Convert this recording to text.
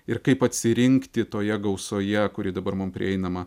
ir kaip atsirinkti toje gausoje kuri dabar mum prieinama